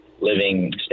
living